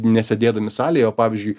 ne sėdėdami salėj o pavyzdžiui